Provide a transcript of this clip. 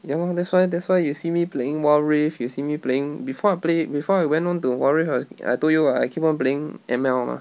ya lor that's why that's why you see me playing wild rift you see me playing before I play before I went on to wild rift I I told you ah I keep on playing M_L mah